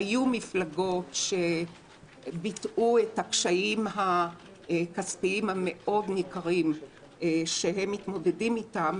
היו מפלגות שביטאו את הקשיים הכספיים הניכרים מאוד שהן מתמודדות איתם.